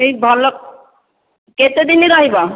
ସେ ଭଲ କେତେ ଦିନ ରହିବ